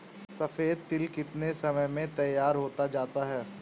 सफेद तिल कितनी समय में तैयार होता जाता है?